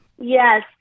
yes